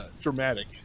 dramatic